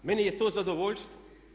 Meni je to zadovoljstvo.